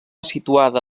situada